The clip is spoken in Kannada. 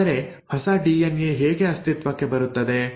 ಆದರೆ ಹೊಸ ಡಿಎನ್ಎ ಹೇಗೆ ಅಸ್ತಿತ್ವಕ್ಕೆ ಬರುತ್ತದೆ